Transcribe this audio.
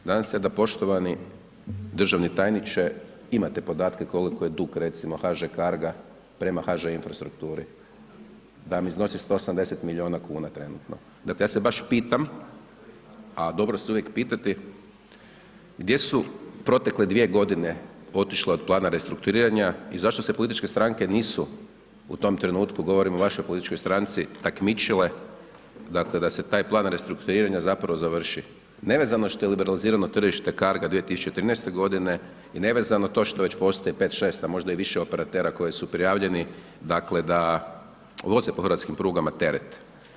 Nadam se da poštovani državni tajniče imate podatke koliko je dug, recimo, HŽ carga prema HŽ infrastrukturi, da vam iznosi 180 milijuna kuna trenutno, dakle, ja se baš pitam, a dobro se je uvijek pitati gdje su protekle dvije godine otišle od plana restrukturiranja i zašto se političke stranke nisu u tom trenutku, govorimo o vašoj političkoj stranci, takmičile, dakle, da se taj plan restrukturiranja zapravo završi, nevezano što je liberalizirano tržište Carga 2013.g. i nevezano to što već postoji 5, 6, a možda i više operatera koji su prijavljeni, dakle, da voze po hrvatskim prugama teret.